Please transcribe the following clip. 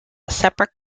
separate